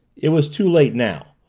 it was too late now.